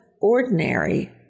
ordinary